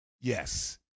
Yes